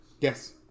Yes